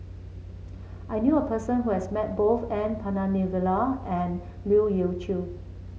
I knew a person who has met both N Palanivelu and Leu Yew Chye